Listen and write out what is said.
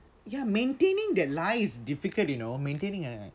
ya maintaining that lie is difficult you know maintaining a